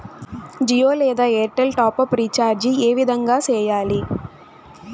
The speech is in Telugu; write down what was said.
జియో లేదా ఎయిర్టెల్ టాప్ అప్ రీచార్జి ఏ విధంగా సేయాలి